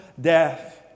death